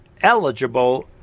eligible